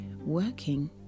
working